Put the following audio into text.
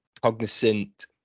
cognizant